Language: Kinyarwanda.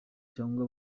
cyangwa